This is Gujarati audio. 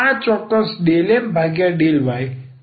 આ ચોક્કસ ∂M∂y∂N∂x છે